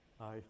aye